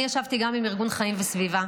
אני ישבתי גם עם ארגון חיים וסביבה,